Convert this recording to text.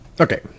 okay